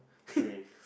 three